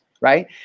right